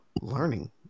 learning